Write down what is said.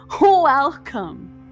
Welcome